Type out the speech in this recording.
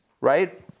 right